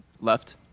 left